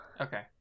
okay